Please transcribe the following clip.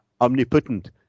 omnipotent